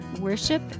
worship